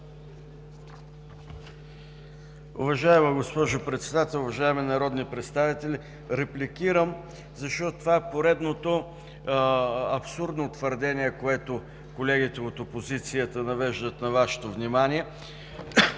Уважаема госпожо Председател, уважаеми народни представители! Репликирам, защото това е поредното абсурдно твърдение, което колегите от опозицията навеждат на Вашето внимание.